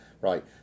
Right